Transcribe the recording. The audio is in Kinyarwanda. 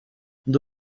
ndi